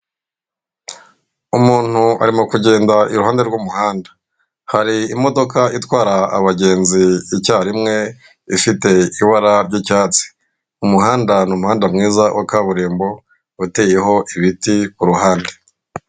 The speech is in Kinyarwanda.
Umuntu arimo kugenda iruhande rw'umuhanda. Hari imodoka itwara abagenzi icyarimwe, ifite ibara ry'icyatsi. Umuhanda ni umuhanda mwiza wa kaburimbo, uteyeho ibiti ku ruhande.